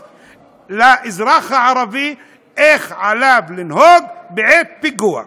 לאזרח הערבי איך עליו לנהוג בעת פיגוע.